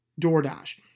DoorDash